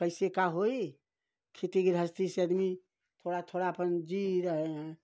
कैसे क्या होगा खेती गृहस्थी से आदमी थोड़ा थोड़ा अपने जी रहे हैं